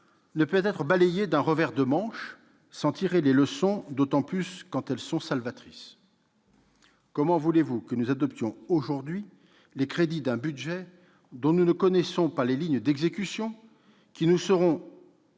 ne peut être balayé d'un revers de manche, sans tirer des leçons, d'autant plus quand celles-ci sont salvatrices. Comment voulez-vous que nous adoptions aujourd'hui les crédits d'un budget alors que nous n'en connaissons pas les lignes d'exécution, dont nous serons